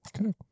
Okay